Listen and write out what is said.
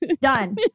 done